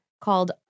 called